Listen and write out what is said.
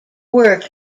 work